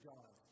God